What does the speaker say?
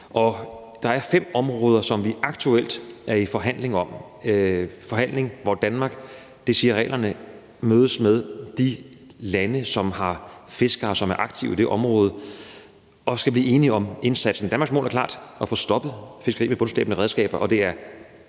Der er fem områder, som vi aktuelt er i forhandling om, og hvor Danmark – det siger reglerne – mødes med de lande, som har fiskere, som er aktive i de områder, og skal blive enige om indsatsen. Danmarks mål er klart: at få stoppet fiskeri med bundslæbende redskaber. Det er